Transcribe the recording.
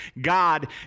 God